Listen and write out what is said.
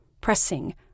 pressing